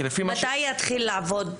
מתי זה יתחיל לעבוד?